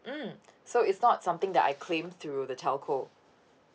mm so it's not something that I claim through the telco